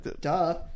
Duh